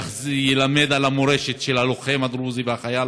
שילמד על המורשת של הלוחם הדרוזי והחייל